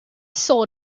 soul